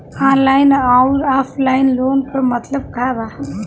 Online अउर offline loan क मतलब का बा?